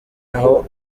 naho